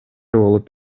болуп